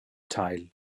teil